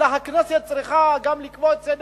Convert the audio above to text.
אלא הכנסת צריכה גם לקבוע את סדר